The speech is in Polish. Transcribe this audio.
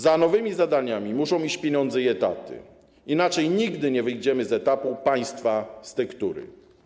Za nowymi zadaniami muszą iść pieniądze i etaty, inaczej nigdy nie wyjdziemy z etapu państwa z tektury.